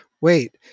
wait